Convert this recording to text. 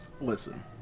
Listen